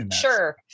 Sure